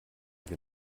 wir